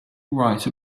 write